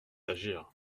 agir